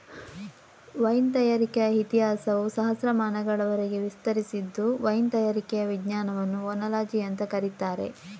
wine ತಯಾರಿಕೆಯ ಇತಿಹಾಸವು ಸಹಸ್ರಮಾನಗಳವರೆಗೆ ವಿಸ್ತರಿಸಿದ್ದು ವೈನ್ ತಯಾರಿಕೆಯ ವಿಜ್ಞಾನವನ್ನ ಓನಾಲಜಿ ಅಂತ ಕರೀತಾರೆ